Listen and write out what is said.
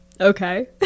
Okay